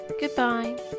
Goodbye